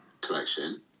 collection